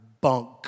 bunk